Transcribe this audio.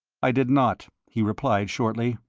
i did not, he replied, shortly.